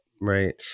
Right